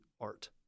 art